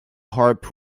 harp